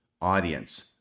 audience